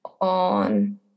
on